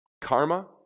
karma